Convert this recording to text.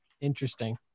Interesting